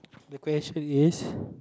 the question is